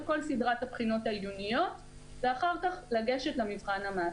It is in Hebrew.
כל סדרת הבחינות העיוניות ואחר כך לגשת למבחן המעשי.